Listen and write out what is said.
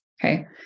okay